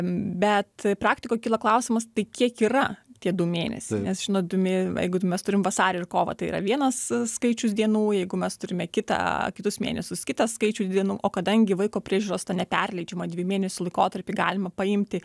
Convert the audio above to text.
bet praktikoj kyla klausimas tai kiek yra tie du mėnesiai nes žinot du mė jeigu mes turim vasarį ir kovą tai yra vienas skaičius dienų jeigu mes turime kitą kitus mėnesius kitą skaičių dienų o kadangi vaiko priežiūros tą neperleidžiamą dviejų mėnesių laikotarpį galima paimti